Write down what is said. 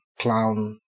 clown